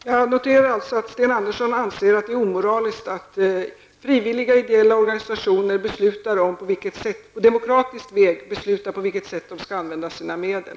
Herr talman! Jag noterar att Sten Andersson i Malmö anser att det är omoraliskt att frivilliga ideella organisationer på demokratisk väg beslutar om på vilket sätt de skall använda sina medel.